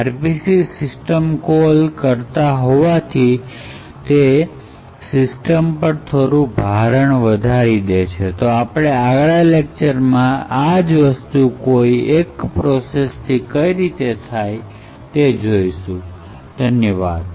R P C system call કરતો હોવાથી થોડું ભારી છે તો આપણે આગલા લેક્ચર માં આ જ વસ્તુ કોઈ એક જ પ્રોસેસથી કઈ રીતે થાય તો જોઈશું ધન્યવાદ